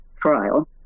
trial